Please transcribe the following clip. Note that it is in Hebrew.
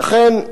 ולכן,